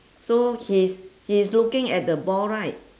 so he is he is looking at the ball right